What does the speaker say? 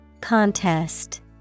Contest